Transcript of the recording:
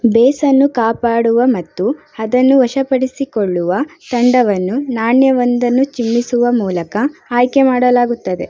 ಬೇಸನ್ನು ಕಾಪಾಡುವ ಮತ್ತು ಅದನ್ನು ವಶಪಡಿಸಿಕೊಳ್ಳುವ ತಂಡವನ್ನು ನಾಣ್ಯವೊಂದನ್ನು ಚಿಮ್ಮಿಸುವ ಮೂಲಕ ಆಯ್ಕೆ ಮಾಡಲಾಗುತ್ತದೆ